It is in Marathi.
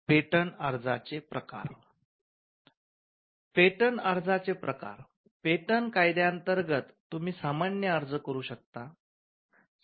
पेटंट अर्जाचे प्रकार पेटंट्स कायद्यांतर्गत तुम्ही सामान्य अर्ज करू शकता